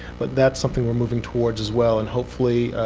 but that's something we're moving towards as well. and hopefully,